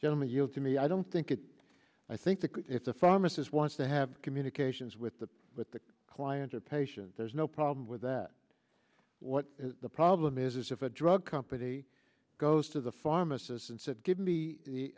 gentleman yield to me i don't think it i think the it's a pharmacist wants to have communications with the with the client or patient there's no problem with that what is the problem is this if a drug company goes to the pharmacist and said give me the